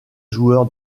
joueur